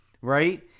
right